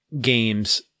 games